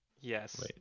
Yes